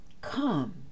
come